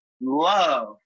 love